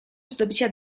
zdobycia